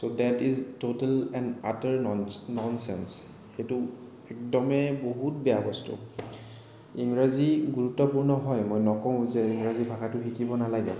so that is total and utter nonsense সেইটো একদমে বহুত বেয়া বস্তু ইংৰাজী গুৰুত্বপূৰ্ণ হয় মই নকওঁ যে ইংৰাজী ভাষাটো শিকিব নালাগে